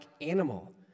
animal